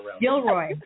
Gilroy